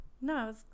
no